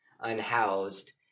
unhoused